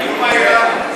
האיום האיראני.